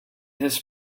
his